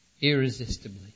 irresistibly